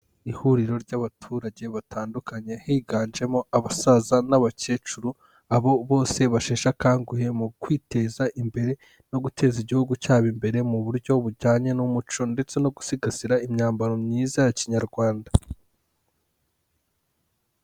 Ihuriro ry'abaturage batandukanye, higanjemo abasaza n'abakecuru, abo bose basheshe akanguhe mu kwiteza imbere no guteza igihugu cyabo imbere, mu buryo bujyanye n'umuco ndetse no gusigasira imyambaro myiza ya kinyarwanda.